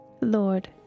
Lord